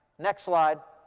next slide.